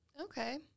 Okay